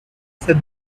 said